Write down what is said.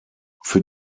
für